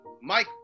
Mike